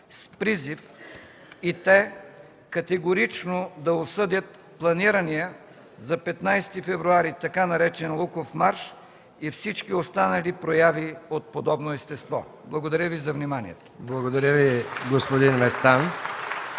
с призив и те категорично да осъдят планирания за 15 февруари така наречен „Луков марш” и всички останали прояви от подобно естество.” Благодаря Ви за вниманието. (Ръкопляскания от